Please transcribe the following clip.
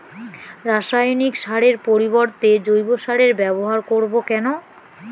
রাসায়নিক সারের পরিবর্তে জৈব সারের ব্যবহার করব কেন?